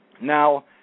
Now